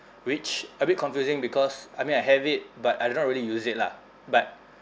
which a bit confusing because I mean I have it but I do not really use it lah but